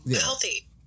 healthy